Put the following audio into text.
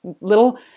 little